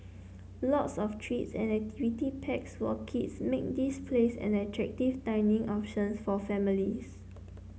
lots of treats and activity packs for kids make this place an attractive dining option for families